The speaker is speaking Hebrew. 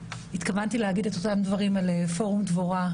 התכוונתי להביא את אותם דברים לפורום "דבורה",